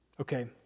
Okay